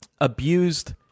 abused